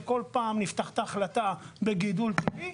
בו כל פעם נפתחת החלטה לגידול טבעי,